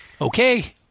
Okay